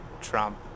Trump